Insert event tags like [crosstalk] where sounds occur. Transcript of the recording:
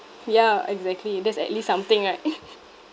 ya exactly that's at least something right [laughs]